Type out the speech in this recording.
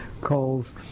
calls